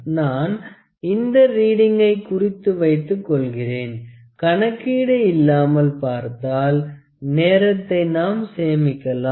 நான் இந்த ரீடிங்கை குறித்து வைத்துக் கொள்கிறேன் கணக்கீடு இல்லாமல் பார்த்தால் நேரத்தை நாம் சேமிக்கலாம்